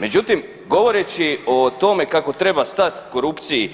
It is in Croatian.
Međutim, govoreći o tome kako treba stat korupciji